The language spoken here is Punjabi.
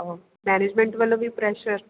ਉਹ ਮੈਨੇਜਮੈਂਟ ਵੱਲੋਂ ਵੀ ਪ੍ਰੈਸ਼ਰ